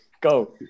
Go